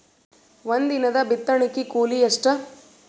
ಒಂದಿನದ ಬಿತ್ತಣಕಿ ಕೂಲಿ ಎಷ್ಟ?